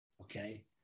okay